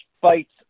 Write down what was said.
fights